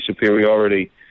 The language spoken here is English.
superiority